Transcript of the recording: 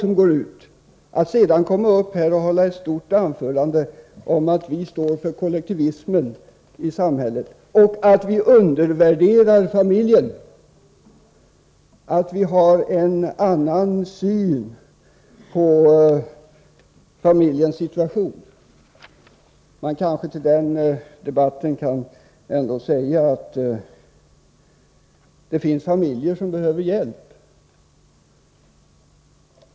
I ett långt anförande här sägs att vi står för kollektivism i samhället, att vi undervärderar familjen och att vi har en avvikande syn på familjesituationen. Till den debatten kan kanske fogas att det ändå finns familjer som behöver hjälp.